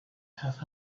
half